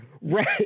right